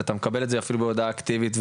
ואתה מקבל את זה אפילו בהודעה אקטיבית,